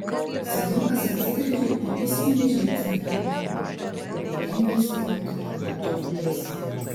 senukas atsigręžė ir įsmeigė žvilgsnį į ramoną viltingai stovintį eukalipto pavėsyje